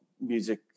music